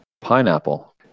pineapple